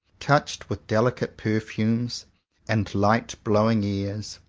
touched with delicate perfumes and light-blowing airs,